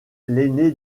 l’aîné